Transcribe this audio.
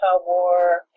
War